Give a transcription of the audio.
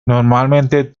normalmente